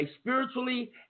spiritually